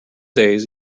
days